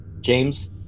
James